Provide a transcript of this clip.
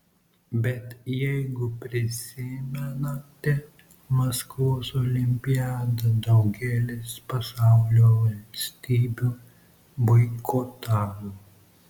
bet jeigu prisimenate maskvos olimpiadą daugelis pasaulio valstybių boikotavo